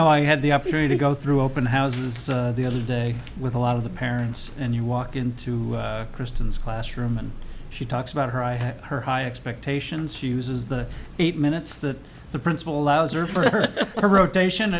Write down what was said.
know i had the opportunity to go through open houses the other day with a lot of the parents and you walk into kristen's classroom and she talks about her i have her high expectations she uses the eight minutes that the principal allows or for a rotation